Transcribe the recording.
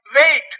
Wait